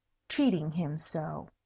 treating him so.